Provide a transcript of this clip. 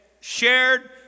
shared